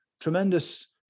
tremendous